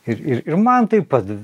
ir ir man taip pat